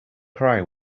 cry